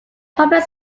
public